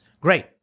Great